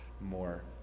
more